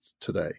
today